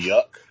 Yuck